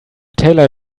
taylor